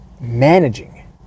managing